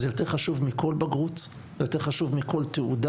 זה יותר חשוב מכל בגרות, זה יותר חשוב מכל תעודה.